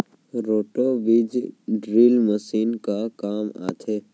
Roto बीज drill machine का काम आथे?